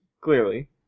Clearly